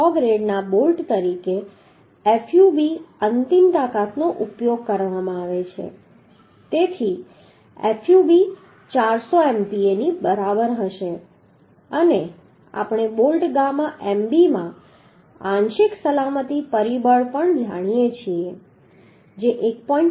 6 ગ્રેડના બોલ્ટ તરીકે fub અંતિમ તાકાતનો ઉપયોગ કરવામાં આવે છે તેથી fub 400 MPa ની બરાબર હશે અને આપણે બોલ્ટ ગામા mb માં આંશિક સલામતી પરિબળ પણ જાણીએ છીએ જે 1